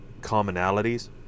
commonalities